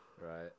Right